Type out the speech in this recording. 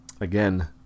Again